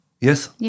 Yes